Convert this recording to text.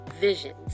Visions